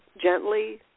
gently